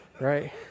right